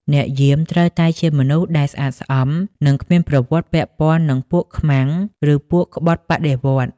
អ្នកយាមត្រូវតែជាមនុស្សដែលស្អាតស្អំ និងគ្មានប្រវត្តិពាក់ព័ន្ធនឹងពួកខ្មាំង ឬពួកក្បត់បដិវត្តន៍។